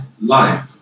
life